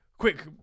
Quick